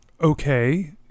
Okay